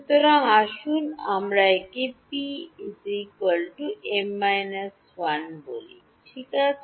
সুতরাং আসুন আমরা একে p m 1 বলি ঠিক আছে